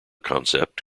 concept